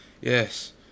Yes